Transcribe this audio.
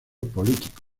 político